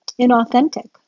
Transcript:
inauthentic